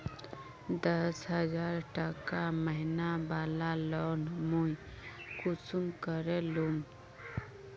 दस हजार टका महीना बला लोन मुई कुंसम करे लूम?